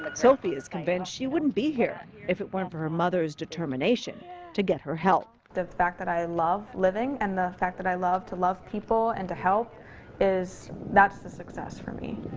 but sophie is convinced she wouldn't be here if it weren't for her mother's determination to get her help. the fact that i love living and the fact that i love to love people and to help that's the success for me.